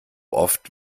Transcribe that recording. oft